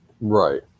Right